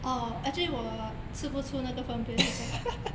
oh actually 我吃不出那个分别